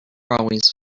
always